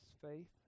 faith